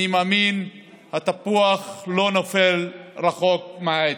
אני מאמין שהתפוח לא נופל רחוק מהעץ.